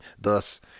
Thus